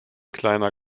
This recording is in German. kleiner